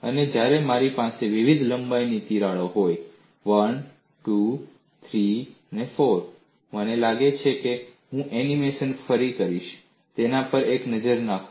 અને જ્યારે મારી પાસે વિવિધ લંબાઈની તિરાડો હોય 1 2 3 4 મને લાગે છે કે હું એનિમેશન ફરી કરીશ તેના પર એક નજર નાખો